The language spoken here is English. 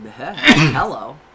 hello